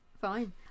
fine